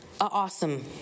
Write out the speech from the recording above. awesome